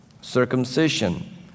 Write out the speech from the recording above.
circumcision